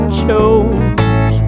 chose